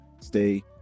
stay